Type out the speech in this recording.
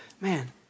Man